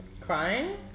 Crying